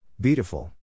Beautiful